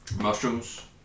Mushrooms